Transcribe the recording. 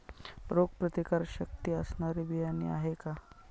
रोगप्रतिकारशक्ती असणारी बियाणे आहे का?